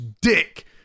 dick